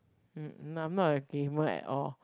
hmm no I'm not a gamer at all